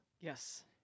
Yes